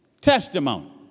testimony